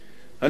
היושב-ראש,